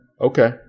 okay